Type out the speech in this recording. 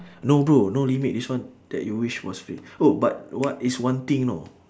no bro no limit this one that you wish must be oh but what is one thing you know